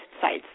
sites